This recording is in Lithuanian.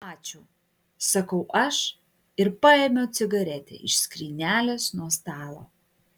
ačiū sakau aš ir paėmiau cigaretę iš skrynelės nuo stalo